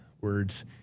Words